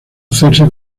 hacerse